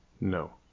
No